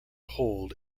hold